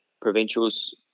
provincials